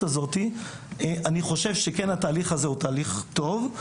הזאת אני חושב שכן התהליך הזה הוא תהליך טוב.